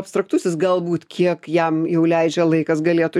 abstraktusis galbūt kiek jam jau leidžia laikas galėtų